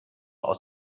aus